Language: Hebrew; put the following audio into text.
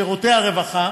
שירותי הרווחה,